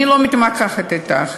אני לא מתמקחת אתך,